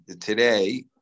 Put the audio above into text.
today